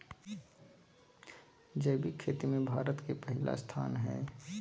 जैविक खेती में भारत के पहिला स्थान हय